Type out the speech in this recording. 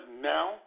now